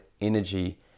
energy